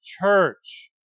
church